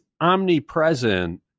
omnipresent